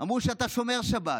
אמרו שאתה שומר שבת.